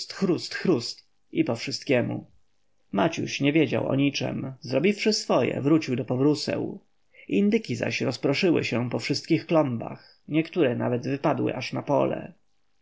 chrust i po wszystkiemu maciuś nie wiedział o niczem zrobiwszy swoje wrócił do powróseł indyki zaś rozproszyły się po wszystkich klombach niektóre nawet wypadły aż na dole pole